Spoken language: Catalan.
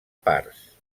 parts